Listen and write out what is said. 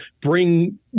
bring